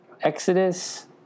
Exodus